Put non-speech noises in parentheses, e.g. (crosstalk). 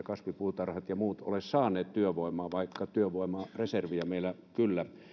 (unintelligible) kasvipuutarhat ja muut eivät ole saaneet työvoimaa vaikka työvoimareserviä meillä kyllä